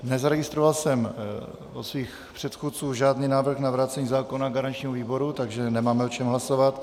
Nezaregistroval jsem od svých předchůdců žádný návrh na vrácení zákona garančnímu výboru, takže nemáme o čem hlasovat.